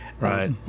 Right